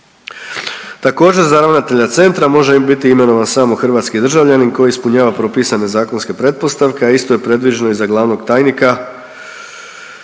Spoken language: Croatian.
Također za ravnatelja centra može im biti imenovan samo hrvatski državljanin koji ispunjava propisane zakonske pretpostavke, a isto je predviđeno i za glavnog tajnika